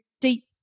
deep